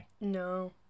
No